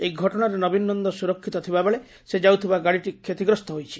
ଏହି ଘଟଣାରେ ନବୀନ ନନ୍ଦ ସୁରକ୍ଷିତ ଥିବାବେଳେ ସେ ଯାଉଥିବା ଗାଡିଟି କ୍ଷତିଗ୍ରସ୍ଠ ହୋଇଛି